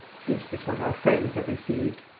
this is what our friends have received!